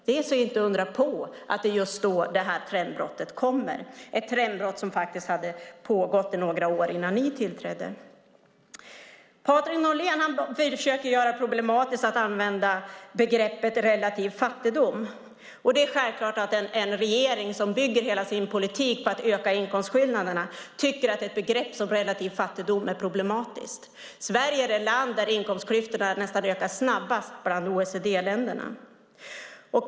Det är alltså inte undra på att det är just då detta trendbrott kommer, ett trendbrott som faktiskt hade pågått i några år innan ni tillträdde. Andreas Norlén försöker göra det problematiskt att använda begreppet "relativ fattigdom", och det är självklart att en regering som bygger hela sin politik på att öka inkomstskillnaderna tycker att ett begrepp som detta är problematiskt. I Sverige ökar inkomstklyftorna nästan snabbast bland OECD-länderna.